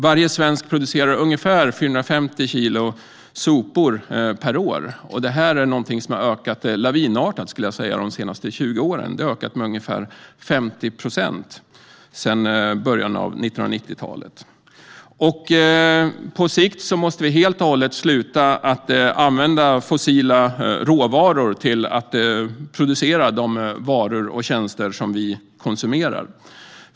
Varje svensk producerar ungefär 450 kilo sopor per år. Det är någonting som har ökat lavinartat de senaste 20 åren, ungefär med ungefär 50 procent sedan i början av 1990-talet. På sikt måste vi helt och hållet sluta använda fossila råvaror till att producera de varor och tjänster som vi konsumerar.